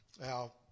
Now